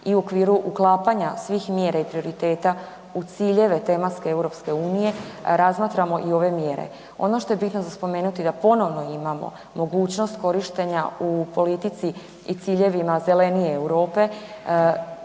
i u okviru uklapanja svih mjera i prioriteta u ciljeve tematske EU razmatramo i ove mjere. Ono što je bitno za spomenuti je da ponovno imamo mogućnost korištenja u politici i ciljevima zelenije Europe,